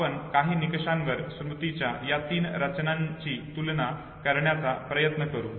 आपण काही निकषांवर स्मृतीच्या या तीन रचनांची तुलना करण्याचा प्रयत्न करू